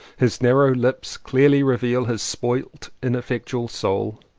his narrow lips clearly reveal his spoilt in effectual soul.